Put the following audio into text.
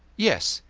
yes,